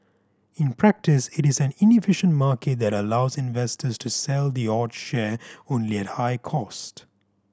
in practice it is an inefficient market that allows investors to sell the odd share only at high cost